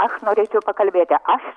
aš norėčiau pakalbėti aš